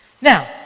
Now